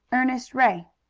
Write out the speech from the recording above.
ernest ray.